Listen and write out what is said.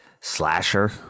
slasher